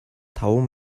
таван